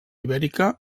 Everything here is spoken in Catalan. ibèrica